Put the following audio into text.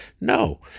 No